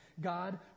God